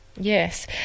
Yes